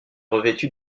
revêtu